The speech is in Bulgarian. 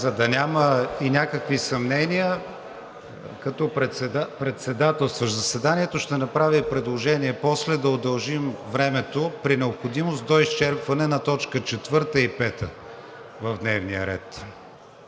За да няма и някакви съмнения, като председателстващ заседанието ще направя предложение после да удължим времето, при необходимост до изчерпване на точка четвърта и пета в дневния ред,